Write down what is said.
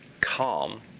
calm